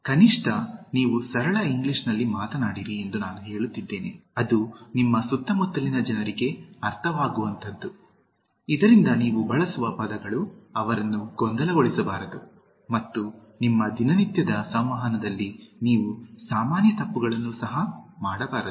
ಕನಿಷ್ಠ ನೀವು ಸರಳ ಇಂಗ್ಲಿಷ್ನಲ್ಲಿ ಮಾತನಾಡಿರಿ ಎಂದು ನಾನು ಹೇಳುತ್ತಿದ್ದೇನೆ ಅದು ನಿಮ್ಮ ಸುತ್ತಮುತ್ತಲಿನ ಜನರಿಗೆ ಅರ್ಥವಾಗುವಂತಹದ್ದು ಇದರಿಂದ ನೀವು ಬಳಸುವ ಪದಗಳು ಅವರನ್ನು ಗೊಂದಲಗೊಳಿಸಬಾರದು ಮತ್ತು ನಿಮ್ಮ ದಿನನಿತ್ಯದ ಸಂವಹನದಲ್ಲಿ ನೀವು ಸಾಮಾನ್ಯ ತಪ್ಪುಗಳನ್ನು ಸಹ ಮಾಡಬಾರದು